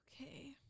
Okay